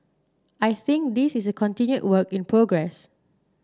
I think this is a continued work in progress